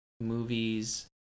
movies